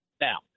Now